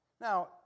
Now